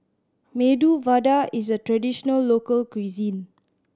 Medu Vada is a traditional local cuisine